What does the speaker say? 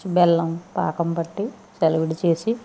బెల్లం పాకం పట్టి చలివిడి చేసి